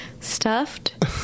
Stuffed